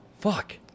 Fuck